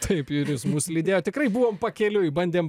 taip ir jis mus lydėjo tikrai buvom pakeliui bandėm